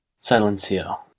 Silencio